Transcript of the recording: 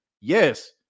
yes